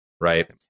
right